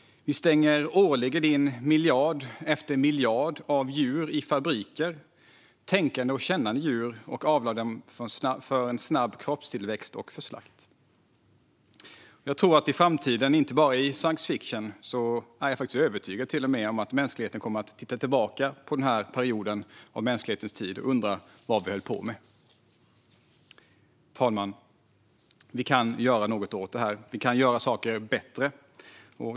Vi stänger årligen in miljard efter miljard av djur i fabriker - tänkande, kännande djur - och avlar dem för snabb kroppstillväxt och för slakt. I framtiden, och inte bara i science fiction, är jag övertygad om att mänskligheten kommer att titta tillbaka på den här perioden och undra vad vi höll på med. Fru talman! Vi kan göra något åt det här. Vi kan göra saker bättre.